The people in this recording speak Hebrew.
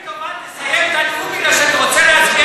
התשובה: הצעת חוק לתיקון פקודת התעבורה (הארכת משך האור